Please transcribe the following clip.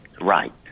right